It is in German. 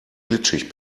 glitschig